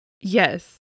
yes